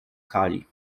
kali